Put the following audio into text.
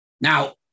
Now